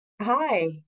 Hi